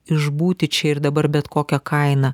išbūti čia ir dabar bet kokia kaina